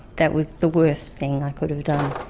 that was the worst thing i could've done,